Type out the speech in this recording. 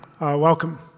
Welcome